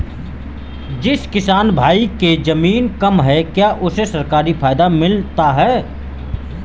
जिस किसान भाई के ज़मीन कम है क्या उसे सरकारी फायदा मिलता है?